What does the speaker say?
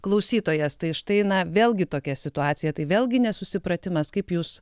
klausytojas tai štai na vėlgi tokia situacija tai vėlgi nesusipratimas kaip jūs